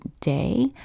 day